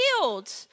healed